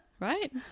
right